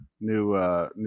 new